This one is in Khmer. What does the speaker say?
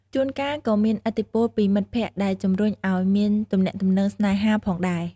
ជួនកាលក៏មានឥទ្ធិពលពីមិត្តភក្តិដែលជម្រុញឲ្យមានទំនាក់ទំនងស្នេហាផងដែរ។